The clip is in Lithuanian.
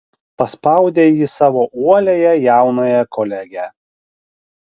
paspaudė ji savo uoliąją jaunąją kolegę